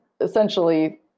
essentially